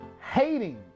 hating